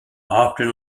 often